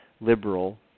Liberal